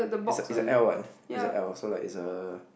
it's a it's a L what it's a L so like it's a